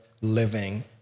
living